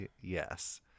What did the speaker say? Yes